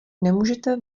nemůžete